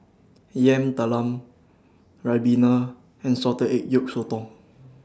Yam Talam Ribena and Salted Egg Yolk Sotong